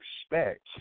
expect